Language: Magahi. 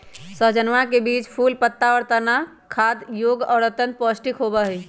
सहजनवन के बीज, फूल, पत्ता, और तना खाय योग्य और अत्यंत पौष्टिक होबा हई